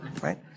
right